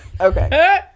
okay